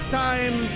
time